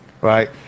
Right